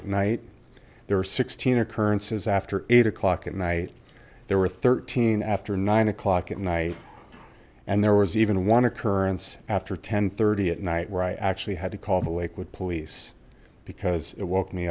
at night there are sixteen occurrences after eight o'clock at night there were thirteen after nine o'clock at night and there was even one occurrence after ten thirty at night where i actually had to call the lakewood police because it woke me